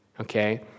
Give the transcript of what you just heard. Okay